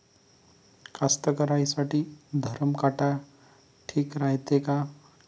कास्तकाराइसाठी धरम काटा ठीक रायते का?